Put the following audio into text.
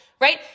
right